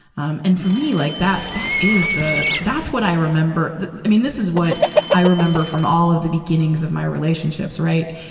um and for me, like, that, that is the, that's what i remember, i mean this is what i remember from all of the beginnings of my relationships, right?